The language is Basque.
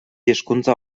hizkuntza